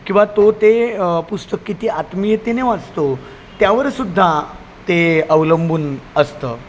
किंवा तो ते पुस्तक किती आत्मियतेने वाचतो त्यावर सुद्धा ते अवलंबून असतं